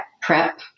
prep